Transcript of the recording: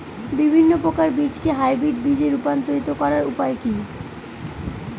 বিভিন্ন প্রকার বীজকে হাইব্রিড বীজ এ রূপান্তরিত করার উপায় কি?